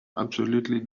absolutely